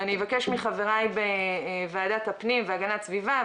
ואני אבקש מחבריי בוועדת הפנים והגנת הסביבה,